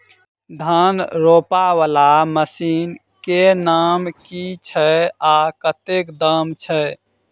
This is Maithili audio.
धान रोपा वला मशीन केँ नाम की छैय आ कतेक दाम छैय?